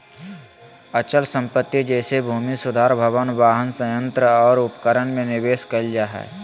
अचल संपत्ति जैसे भूमि सुधार भवन, वाहन, संयंत्र और उपकरण में निवेश कइल जा हइ